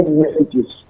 messages